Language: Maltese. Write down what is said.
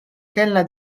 kellna